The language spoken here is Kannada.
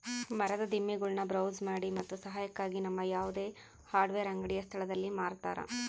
ಮರದ ದಿಮ್ಮಿಗುಳ್ನ ಬ್ರೌಸ್ ಮಾಡಿ ಮತ್ತು ಸಹಾಯಕ್ಕಾಗಿ ನಮ್ಮ ಯಾವುದೇ ಹಾರ್ಡ್ವೇರ್ ಅಂಗಡಿಯ ಸ್ಥಳದಲ್ಲಿ ಮಾರತರ